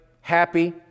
happy